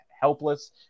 helpless